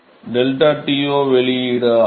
ΔTo வெளியீடு ஆகும்